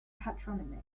patronymic